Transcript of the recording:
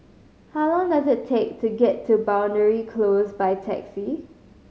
how long does it take to get to Boundary Close by taxi